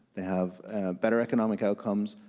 they have better economic outcomes,